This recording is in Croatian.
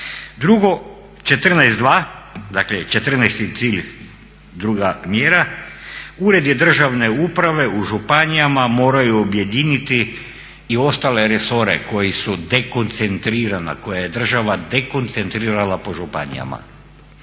Drugo 14.2, dakle 14.-ti cilj, druga mjera, uredi državne uprave u županijama moraju objediniti i ostale resore koji su dekoncentrirana, koje je država dekoncentrirala po županijama.